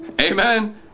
Amen